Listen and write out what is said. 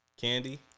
Candy